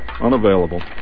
Unavailable